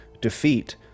defeat